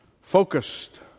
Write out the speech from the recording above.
focused